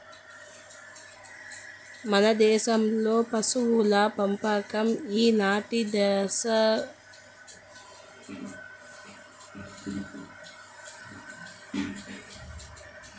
మన దేశంలో పశుల పెంపకం ఈనాటిదనుకుంటివా ఎనిమిది వేల సంవత్సరాల క్రితం కిందటిది